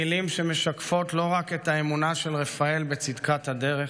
מילים שמשקפות לא רק את האמונה של רפאל בצדקת הדרך